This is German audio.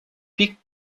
wie